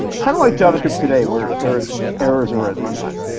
kind of like javascript today, where where errors are at runtime.